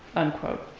unquote.